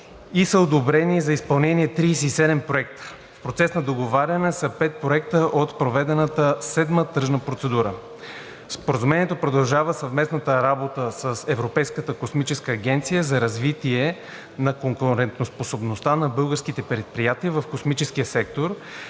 и са одобрени за изпълнение 37 проекта. В процес на договаряне са 5 проекта от проведената Седма тръжна процедура. Споразумението продължава съвместната работа с Европейската космическа агенция за развитие на конкурентоспособността на българските предприятия в космическия сектор,